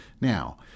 Now